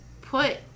put